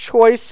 choice